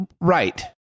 Right